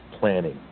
planning